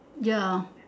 ya